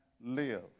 live